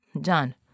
Done